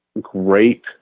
great